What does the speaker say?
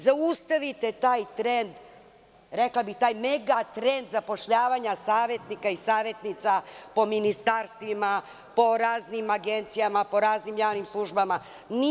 Zaustavite taj trend, rekla bih taj megatrend zapošljavanja savetnika i savetnica po ministarstvima, po raznim agencijama, po raznim javnim službama, itd.